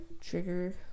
trigger